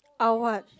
I'll what